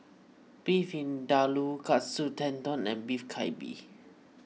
Beef Vindaloo Katsu Tendon and Beef Galbi